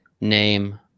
name